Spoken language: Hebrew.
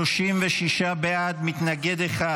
36 בעד, מתנגד אחד.